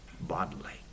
bodily